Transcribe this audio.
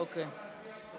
אוקיי.